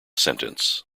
sentence